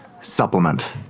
supplement